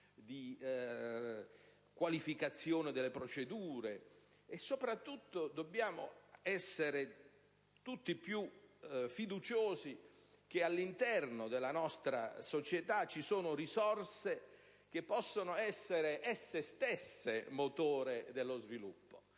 di qualificazione delle procedure. Dobbiamo soprattutto essere tutti più fiduciosi sul fatto che all'interno della nostra società ci sono risorse che possono essere esse stesse motore dello sviluppo.